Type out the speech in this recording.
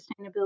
sustainability